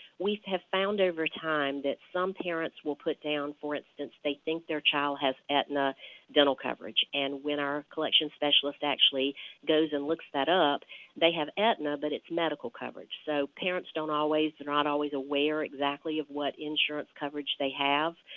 we have found over time that some parents will put down, for instance, they think their child has aetna dental coverage, and when our collection specialist actually goes and looks that up they have aetna but it's medical coverage. so parents don't always, and are not always aware exactly of what insurance coverage they have,